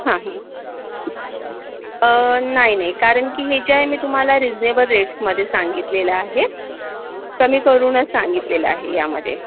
हं हं नाही नाही कारण की हे जे आहे मी तुम्हाला रिजनेबल रेट्समध्ये सांगितलेलं आहे कमी करूनच सांगितलेलं आहे यामध्ये